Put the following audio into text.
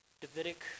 Davidic